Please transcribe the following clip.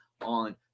on